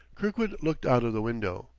kirkwood looked out of the window.